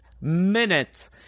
minutes